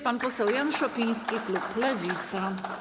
Pan poseł Jan Szopiński, klub Lewica.